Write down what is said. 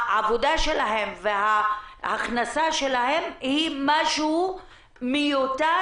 העבודה שלהן וההכנסה שלהן היא משהו מיותר